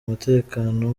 mutekano